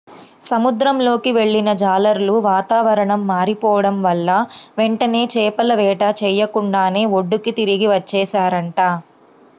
సముద్రంలోకి వెళ్ళిన జాలర్లు వాతావరణం మారిపోడం వల్ల వెంటనే చేపల వేట చెయ్యకుండానే ఒడ్డుకి తిరిగి వచ్చేశారంట